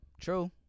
True